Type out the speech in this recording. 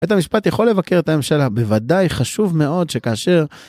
בית המשפט יכול לבקר את הממשלה בוודאי חשוב מאוד שכאשר